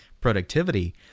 productivity